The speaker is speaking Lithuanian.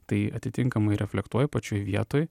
tai atitinkamai reflektuoji pačioj vietoj